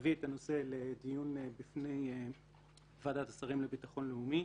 להביא את הנושא לדיון בפני ועדת השרים לביטחון לאומי.